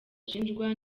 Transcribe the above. ashinjwa